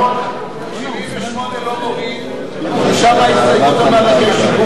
לא נוריד, יפה, הבנתי.